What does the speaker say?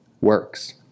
works